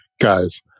Guys